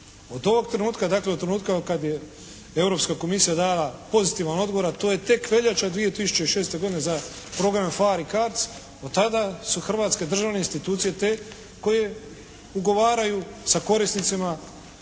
Od ovog trenutka, dakle od trenutka od kad je Europska Komisija dala pozitivan odgovor, a to je tek veljača 2006. godine za program PHARE i CARDS, od tada su hrvatske državne institucije te koje ugovaraju sa korisnicima,